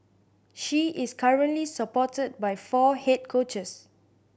she is currently supported by four head coaches